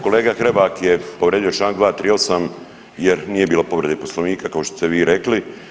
Kolega Hrebak je povrijedio čl. 238. jer nije bilo povrede poslovnika kao što ste vi rekli.